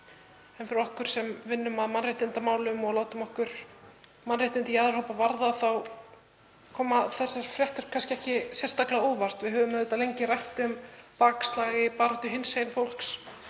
en fyrir okkur sem vinnum að mannréttindamálum og látum okkur mannréttindi jaðarhópa varða þá koma þessar fréttir kannski ekki sérstaklega á óvart. Við höfum auðvitað lengi rætt um bakslag í baráttu hinsegin fólks,